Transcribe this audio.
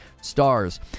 stars